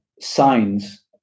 signs